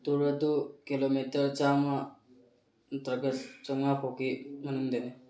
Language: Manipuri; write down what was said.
ꯇꯨꯔ ꯑꯗꯨ ꯀꯤꯂꯣꯃꯤꯇꯔ ꯆꯥꯝꯃ ꯅꯠꯇ꯭ꯔꯒ ꯆꯥꯝꯃꯉꯥ ꯐꯥꯎꯒꯤ ꯃꯅꯨꯡꯗꯅꯤ